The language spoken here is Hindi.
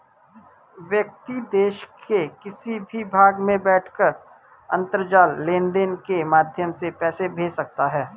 व्यक्ति देश के किसी भी भाग में बैठकर अंतरजाल लेनदेन के माध्यम से पैसा भेज सकता है